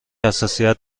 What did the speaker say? حساسیت